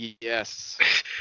Yes